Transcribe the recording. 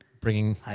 bringing